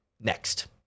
next